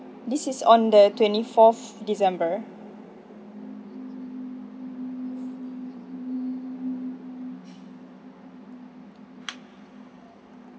this is on the twenty fourth december